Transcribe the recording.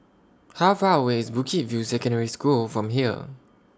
How Far away IS Bukit View Secondary School from here